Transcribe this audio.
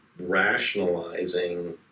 rationalizing